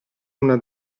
una